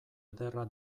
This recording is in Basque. ederra